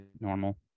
normal